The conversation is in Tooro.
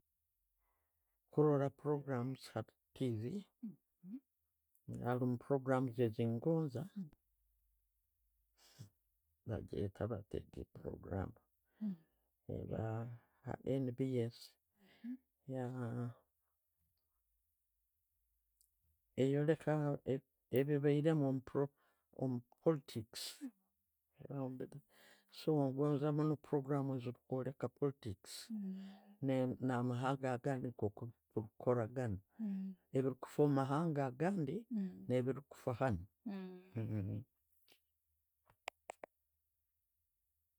﻿Kurora puroguramuzi ha TV, harimu puroguramu zingoza bagyeta bata egyo purogramu eya NBS eyoleka ebibairemu omu omupolitikisi. So ngonza munno puloguramu ezikwoleka politikisi na mahanga agandi nkokukoregana, ebirikuffa omumahanga agandi nebirikuffa hannu.